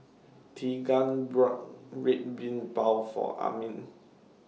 Teagan bought Red Bean Bao For Amin